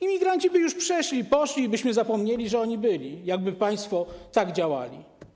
Imigranci by już przeszli, poszli i byśmy zapomnieli, że oni byli, gdyby państwo tak działali.